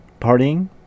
partying